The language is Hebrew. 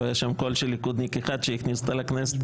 לא היה שם קול של ליכודניק אחד שהכניס אותה לכנסת,